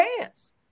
dance